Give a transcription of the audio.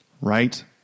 Right